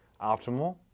optimal